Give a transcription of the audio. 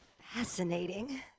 fascinating